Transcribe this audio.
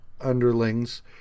underlings